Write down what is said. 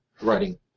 writing